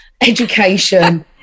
education